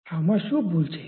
આમાં શું ભૂલ છે